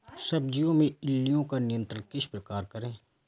सब्जियों में इल्लियो का नियंत्रण किस प्रकार करें?